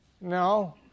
No